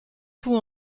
tout